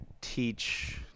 teach